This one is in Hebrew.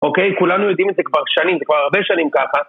אוקיי, כולנו יודעים את זה כבר שנים, זה כבר הרבה שנים ככה.